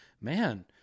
man